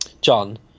John